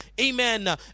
Amen